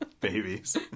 Babies